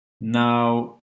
now